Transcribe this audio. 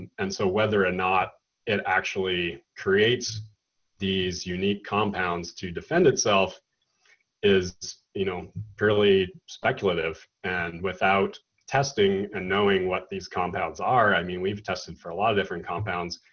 and so whether or not it actually creates these unique compounds to defend itself is you know purely speculative. and without testing and knowing what these compounds are, i mean, we've tested for a lot of different compounds,